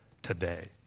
Today